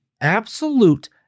absolute